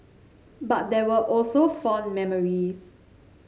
but there were also fond memories